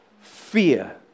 Fear